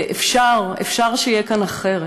ואפשר, אפשר שיהיה כאן אחרת.